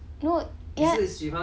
no ya